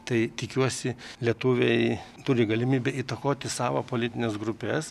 tai tikiuosi lietuviai turi galimybę įtakoti savo politines grupes